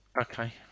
Okay